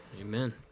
Amen